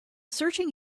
searching